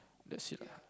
that's it lah